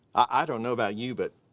i don't know about you, but